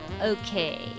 Okay